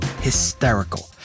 hysterical